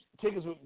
tickets